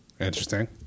interesting